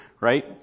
right